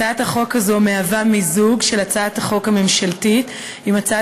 הצעת החוק הזאת היא מיזוג של הצעת החוק הממשלתית והצעת